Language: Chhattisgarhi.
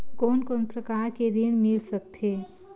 कोन कोन प्रकार के ऋण मिल सकथे?